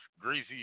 greasy